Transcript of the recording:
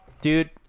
Dude